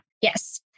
Yes